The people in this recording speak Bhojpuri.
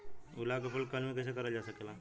गुलाब क फूल के कलमी कैसे करल जा सकेला?